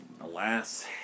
alas